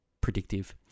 predictive